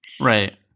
Right